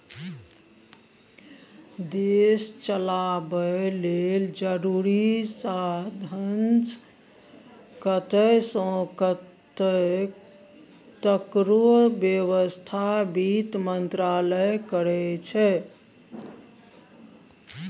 देश चलाबय लेल जरुरी साधंश कतय सँ एतय तकरो बेबस्था बित्त मंत्रालय करै छै